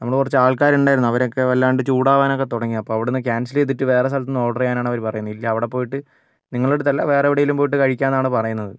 നമ്മള് കുറച്ച് ആൾക്കാരുണ്ടായിരുന്നു അവരൊക്കെ വല്ലാതെ ചൂടാവനൊക്കെ തുടങ്ങി അപ്പോൾ അവിടുന്ന് ക്യാൻസൽ ചെയ്തിട്ട് വേറെ സ്ഥലത്ത് നിന്ന് ഓർഡർ ചെയ്യാനാണ് അവര് പറയുന്നത് ഇല്ലേൽ അവിടെ പോയിട്ട് നിങ്ങളുടെ അടുത്തല്ല വേറെ എവിടെയെങ്കിലും പോയിട്ട് കഴിക്കാം എന്നാണ് പറയുന്നത്